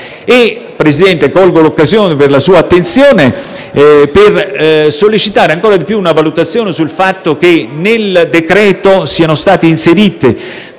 Presidente, colgo l'occasione della sua attenzione per sollecitare ancora una valutazione sul fatto che nel decreto-legge siano stati inseriti